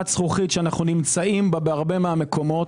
זכוכית שאנו נמצאים בה בהרבה מהמקומות,